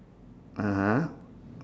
(uh huh)